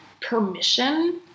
permission